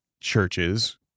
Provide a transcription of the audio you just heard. churches